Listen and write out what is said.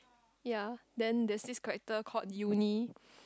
ya then there's this character called Yuni